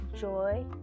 Joy